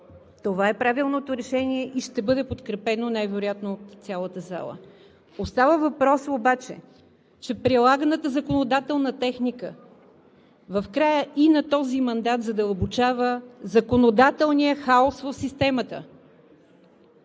Това е правилното решение и ще бъде подкрепено най-вероятно от цялата зала. Остава въпросът обаче, че прилаганата законодателна техника в края и на този мандат задълбочава законодателния хаос в системата.